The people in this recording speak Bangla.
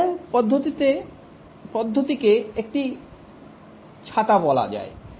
আজেইল পদ্ধতিকে একটি ছাতা বলা যায়